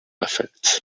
effects